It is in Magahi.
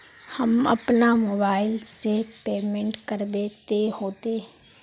हम अपना मोबाईल से पेमेंट करबे ते होते?